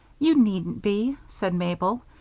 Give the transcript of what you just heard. you needn't be, said mabel.